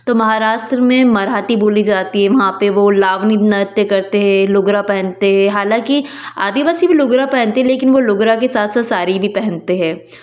तो महाराष्ट्र में मराठी बोली जाती है वहाँ पे वो लावणी नृत्य करते हैं लोगरा पहनते हैं हालाँकि आदिवासी भी लोगरा पहनते लेकिन वो लोगरा के साथ साथ साड़ी भी पहनते हैं